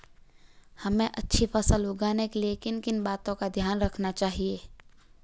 हमें अच्छी फसल उगाने में किन किन बातों का ध्यान रखना चाहिए?